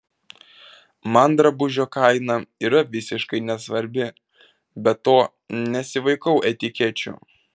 man drabužio kaina yra visiškai nesvarbi be to nesivaikau etikečių